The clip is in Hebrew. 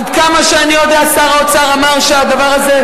עד כמה שאני יודע, שר האוצר אמר שהדבר הזה,